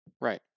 Right